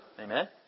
Amen